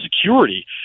security